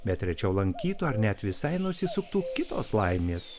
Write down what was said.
bet rečiau lankytų ar net visai nusisuktų kitos laimės